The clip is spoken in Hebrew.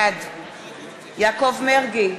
בעד יעקב מרגי,